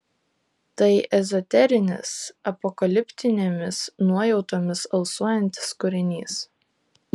tai ezoterinis apokaliptinėmis nuojautomis alsuojantis kūrinys